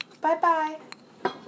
Bye-bye